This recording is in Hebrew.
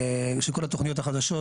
שכל התוכניות החדשות,